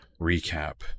recap